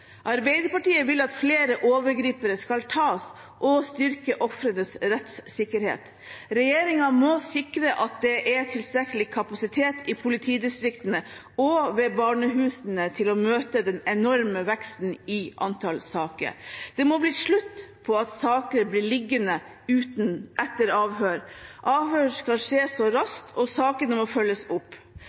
Arbeiderpartiet vil at flere overgripere skal tas, og vil styrke ofrenes rettssikkerhet. Regjeringen må sikre at det er tilstrekkelig kapasitet i politidistriktene og ved barnehusene til å møte den enorme veksten i antall saker. Det må bli slutt på at saker blir liggende etter avhør. Avhør skal skje raskt, og sakene må følges opp.